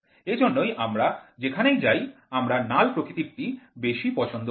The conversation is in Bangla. এজন্যই আমরা যেখানেই যাই আমরা নাল প্রকৃতিরটি বেশি পছন্দ করি